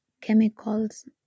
chemicals